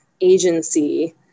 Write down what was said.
agency